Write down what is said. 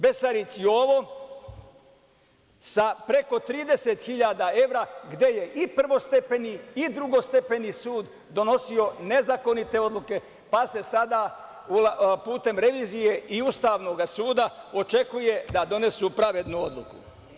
Besarić Jovo sa preko 30 hiljada evra, gde je i prvostepeni i drugostepeni sud donosio nezakonite odluke, pa se sada putem revizije i Ustavnog suda očekuje da donesu pravednu odluku.